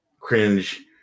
cringe